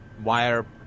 wire